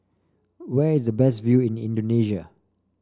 where is the best view in Indonesia